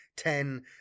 ten